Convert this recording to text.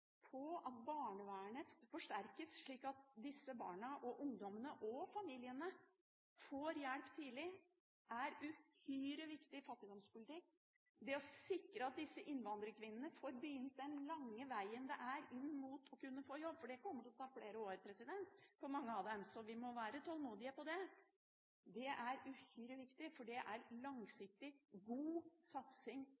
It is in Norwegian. på at barnevernet forsterkes, slik at disse barna og ungdommene – og familiene – får hjelp tidlig, er uhyre viktig fattigdomspolitikk. Det å sikre at disse innvandrerkvinnene får begynt den lange vegen mot å få en jobb – det kommer til å ta flere år for mange av dem, så vi må være tålmodige – er uhyre viktig. Dette er langsiktig, god satsing mot barnefattigdom og for god inkludering av alle. Det er